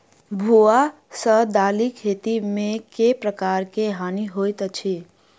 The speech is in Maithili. भुआ सँ दालि खेती मे केँ प्रकार केँ हानि होइ अछि?